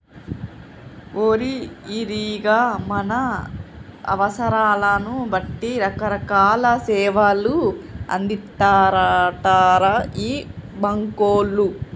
ఓరి ఈరిగా మన అవసరాలను బట్టి రకరకాల సేవలు అందిత్తారటరా ఈ బాంకోళ్లు